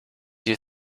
you